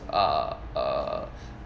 uh uh